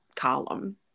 column